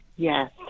Yes